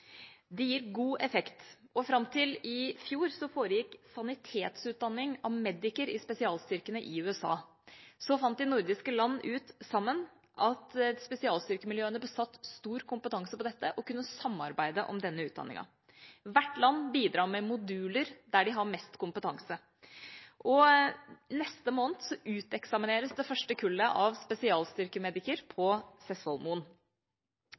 gir god effekt og fram til i fjor foregikk sanitetsutdanning av «medic»-er i spesialstyrkene i USA. Så fant de nordiske land ut sammen at spesialstyrkemiljøene besatt stor kompetanse på dette og kunne samarbeide om denne utdanningen. Hvert land bidrar med moduler der de har mest kompetanse. Neste måned uteksamineres det første kullet av spesialstyrke-«medic»-er på